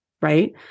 Right